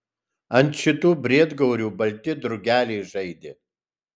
ant šitų briedgaurių balti drugeliai žaidė